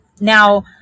Now